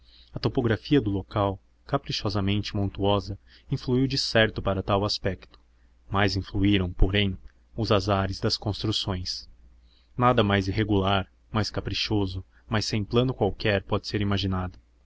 a topografia do local caprichosamente montuosa influiu decerto para tal aspecto mais influíram porém os azares das construções nada mais irregular mais caprichoso mais sem plano qualquer pode ser imaginado